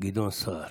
גדעון סער.